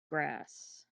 grass